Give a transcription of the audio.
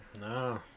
No